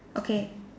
okay